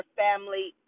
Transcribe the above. family